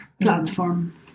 platform